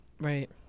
right